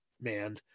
man